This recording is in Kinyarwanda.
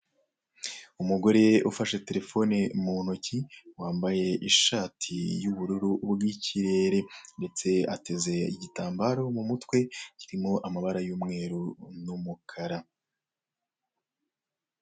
Umugabo ufashe telefone mu ntoki, wambaye ishati y'ubururu bw'ikirere, ndetse ateze igitambaro mu mutwe, kirimo amabara y'umweru n'umukara.